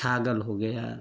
छागल हो गया